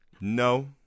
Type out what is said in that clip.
no